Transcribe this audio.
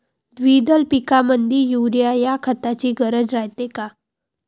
द्विदल पिकामंदी युरीया या खताची गरज रायते का?